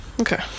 Okay